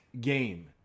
game